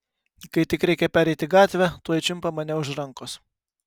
kai tik reikia pereiti gatvę tuoj čiumpa mane už rankos